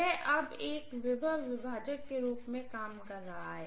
यह अब एक वोल्टेज विभाजक के रूप में काम कर रहा है